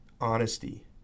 honesty